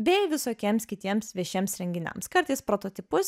bei visokiems kitiems viešiems renginiams kartais prototipus